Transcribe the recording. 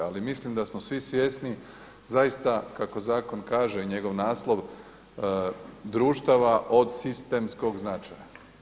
Ali mislim da smo svi svjesni zaista kako zakon kaže i njegov naslov društava od sistemskog značaja.